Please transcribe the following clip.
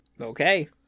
Okay